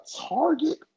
target